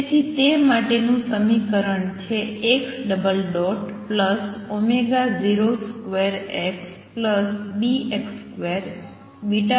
તેથી તે માટેનું સમીકરણ છે x02xβx20